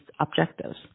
objectives